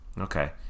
Okay